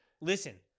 Listen